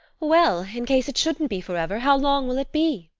well, in case it shouldn't be forever, how long will it be?